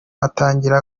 atangira